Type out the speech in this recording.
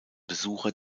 besucher